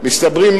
מסתברים,